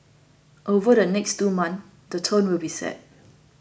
over the next two months the tone will be set